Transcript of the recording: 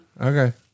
Okay